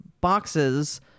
boxes